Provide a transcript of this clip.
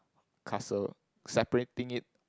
castle separating it